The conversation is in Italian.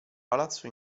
palazzo